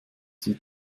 die